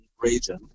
region